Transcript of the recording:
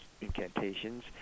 incantations